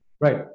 Right